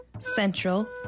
Central